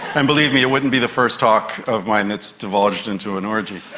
and believe me, it wouldn't be the first talk of mine that's divulged into an orgy.